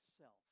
self